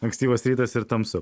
ankstyvas rytas ir tamsu